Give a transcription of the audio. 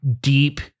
deep